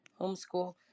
homeschool